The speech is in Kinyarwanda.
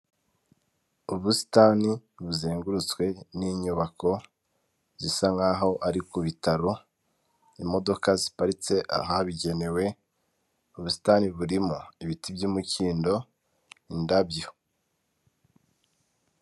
Ubusitani buzengurutswe n'inyubako zisa nkaho ari ku bitaro, imodoka ziparitse ahabigenewe, ubusitani burimo ibiti by'umukindo indabyo.